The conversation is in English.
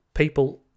People